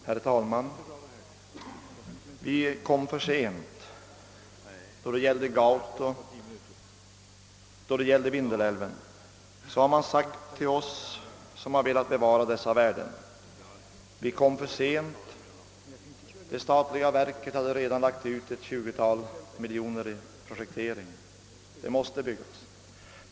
Herr talman! Ni har kommit för sent, har man sagt till oss som velat bevara Gauto och Vindelälven. Det statliga verket hade redan lagt ut ett tjugotal miljoner kronor på projekteringsarbeten, och därför måste älven byggas ut.